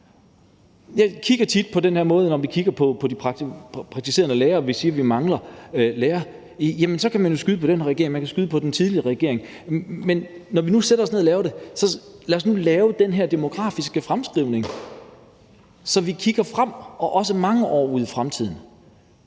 det her. Man kan jo, når man kigger på de praktiserende læger, og man siger, at man mangler læger, så skyde på den her regering, og man kan skyde på den tidligere regering, men når vi nu sætter os ned og laver det, så lad os lave den her demografiske fremskrivning, så vi kigger frem i tiden og også mange år ud i fremtiden,